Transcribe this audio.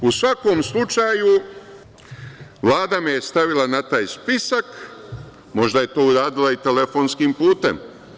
U svakom slučaju Vlada me je stavila na taj spisak, možda je to uradila i telefonskim putem.